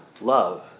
love